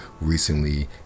recently